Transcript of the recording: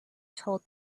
told